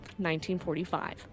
1945